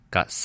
Got